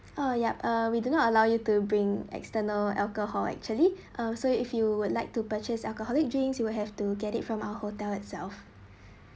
oh yup uh we do not allow you to bring external alcohol actually ah so if you would like to purchase alcoholic drinks you will have to get it from our hotel itself